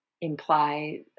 imply